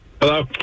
Hello